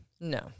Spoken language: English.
No